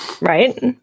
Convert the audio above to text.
Right